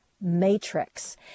Matrix